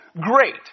great